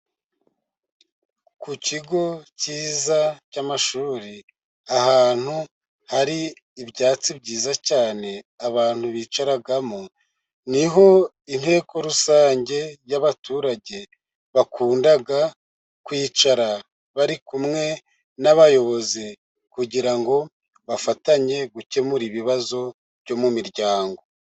Ku kigo cyiza cy'amashuri, ahantu hari ibyatsi byiza cyane abantu bicaramo, niho inteko rusange y'abaturage bakunda kwicara bari kumwe n'abayobozi, kugira ngo bafatanye gukemura ibibazo byo mu miryango.